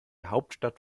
hauptstadt